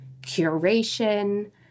curation